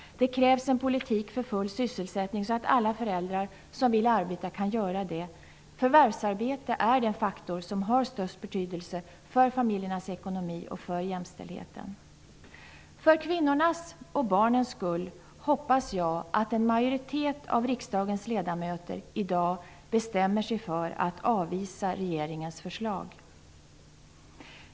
Det krävs en politik för full sysselsättning så att alla föräldrar som vill arbeta kan göra det. Förvärvsarbete är den faktor som har störst betydelse för familjernas ekonomi och för jämställdheten. För kvinnornas och barnens skull hoppas jag att en majoritet av riksdagens ledamöter i dag bestämmer sig för att avvisa regeringens förslag.